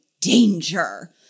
danger